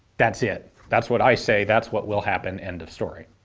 that's it. that's what i say, that's what will happen. end of story.